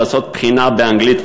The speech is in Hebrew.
לעשות בחינה באנגלית,